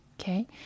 Okay